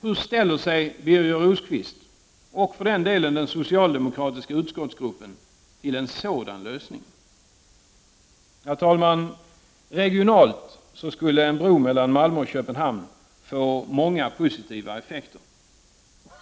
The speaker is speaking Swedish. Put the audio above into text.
Hur ställer sig Birger Rosqvist — och den socialdemokratiska utskottsgruppen — till en sådan lösning? Herr talman! Regionalt skulle en bro mellan Malmö och Köpenhamn få många positiva effekter.